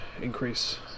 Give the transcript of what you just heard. increase